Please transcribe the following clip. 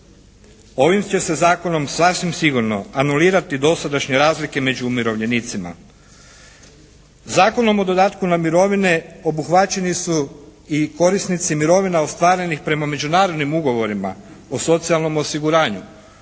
Ovim će se zakonom sasvim sigurno anulirati dosadašnje razlike među umirovljenicima. Zakonom o dodatku na mirovine obuhvaćeni su i korisnici mirovina ostvarenih prema međunarodnim ugovorima o socijalnom osiguranju.